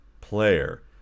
player